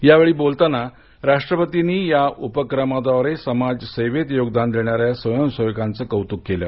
यावेळी बोलताना राष्ट्रपतींनी या उपक्रमाद्वारे समाजसेवेत योगदान देणाऱ्या स्वयंसेवकांच कौतुक केलं